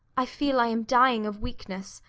i feel i am dying of weakness,